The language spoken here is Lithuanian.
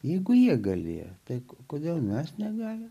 jeigu jie galėjo tai kodėl mes negalime